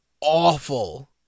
awful